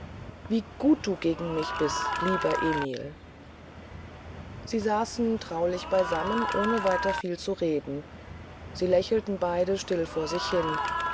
wie gut du gegen mich bist lieber emil sie saßen traulich beisammen ohne weiter viel zu reden sie lächelten beide still vor sich hin